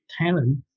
talent